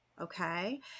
Okay